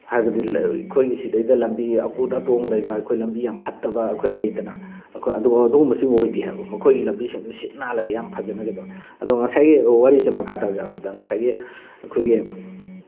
ꯍꯥꯏꯕꯗꯤ ꯑꯩꯈꯣꯏꯒꯤ ꯁꯤꯗꯩꯗ ꯂꯝꯕꯤ ꯑꯀꯨꯠ ꯑꯇꯣꯡ ꯂꯩꯕ ꯑꯩꯈꯣꯏ ꯂꯝꯕꯤ ꯌꯥꯝ ꯐꯠꯇꯕ ꯑꯩꯈꯣꯏ ꯂꯩꯗꯅ ꯑꯩꯈꯣꯏ ꯑꯗꯨ ꯑꯗꯨꯒꯨꯝꯕꯁꯤꯡ ꯑꯣꯏꯗꯦ ꯍꯥꯏꯕ ꯃꯈꯣꯏꯒꯤ ꯂꯝꯕꯤꯁꯤꯡꯗꯣ ꯁꯤꯠ ꯅꯥꯜꯂꯒ ꯌꯥꯝ ꯐꯖꯅ ꯀꯩꯗꯧꯋꯦ ꯑꯗꯣ ꯉꯁꯥꯏꯒꯤ ꯋꯥꯔꯤꯁꯦ ꯃꯈꯥ ꯇꯥꯖꯔꯕꯗ ꯉꯁꯥꯏꯒꯤ ꯑꯩꯈꯣꯏꯒꯤ